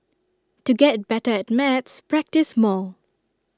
to get better at maths practise more